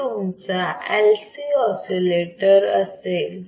तो तुमचा LC oscillator असेल